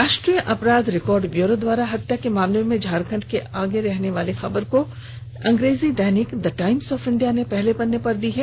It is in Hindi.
राष्ट्रीय अपराध रिकॉर्ड ब्यूरो द्वारा हत्या के मामले में झारखंड के आगे रहने की खबर को अंग्रेजी दैनिक द टाइम्स ऑफ इंडिया ने पहले पन्ने पर प्रकाशित की है